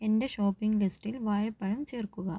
എന്റെ ഷോപ്പിംഗ് ലിസ്റ്റിൽ വാഴപ്പഴം ചേർക്കുക